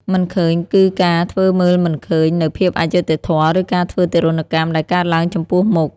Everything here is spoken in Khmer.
«មិនឃើញ» គឺការធ្វើមើលមិនឃើញនូវភាពអយុត្តិធម៌ ឬការធ្វើទារុណកម្មដែលកើតឡើងចំពោះមុខ។